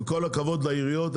עם כל הכבוד לעיריות,